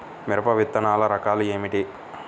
మిరప విత్తనాల రకాలు ఏమిటి?